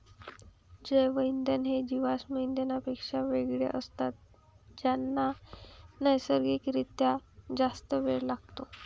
जैवइंधन हे जीवाश्म इंधनांपेक्षा वेगळे असतात ज्यांना नैसर्गिक रित्या जास्त वेळ लागतो